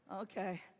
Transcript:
Okay